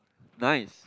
nice